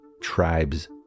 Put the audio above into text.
tribe's